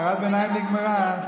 הערת הביניים נגמרה.